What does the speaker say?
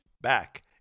back